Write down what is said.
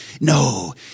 no